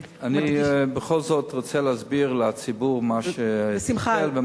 בכל זאת אני רוצה להסביר לציבור מה שהיה,